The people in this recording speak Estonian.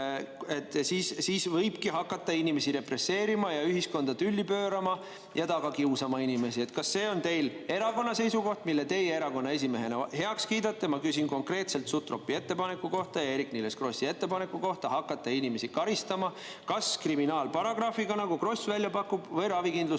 ja võibki hakata inimesi represseerima ja ühiskonda tülli pöörama ja taga kiusama inimesi – kas see on teil erakonna seisukoht, mille teie erakonna esimehena heaks kiidate? Ma küsin konkreetselt Sutropi ettepaneku kohta, Eerik-Niiles Krossi ettepaneku kohta hakata inimesi karistama kas kriminaalparagrahvi alusel, nagu Kross välja pakub, või ravikindlustusest